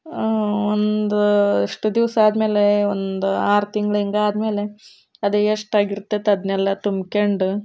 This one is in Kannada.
ಒಂದು ಅಷ್ಟು ದಿವಸ ಆದಮೇಲೆ ಒಂದು ಆರು ತಿಂಗಳು ಹಿಂಗಾದ್ಮೇಲೆ ಅದು ಎಷ್ಟಾಗಿರ್ತದ್ ಅದನ್ನೆಲ್ಲ ತುಂಬ್ಕೊಂಡು